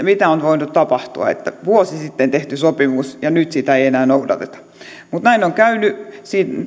mitä on voinut tapahtua että vuosi sitten on tehty sopimus ja nyt sitä ei enää noudateta mutta näin on käynyt